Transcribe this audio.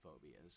phobias